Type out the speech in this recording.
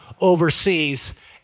overseas